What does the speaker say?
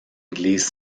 église